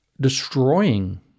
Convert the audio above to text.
destroying